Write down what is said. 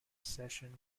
session